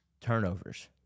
Turnovers